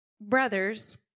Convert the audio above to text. brothers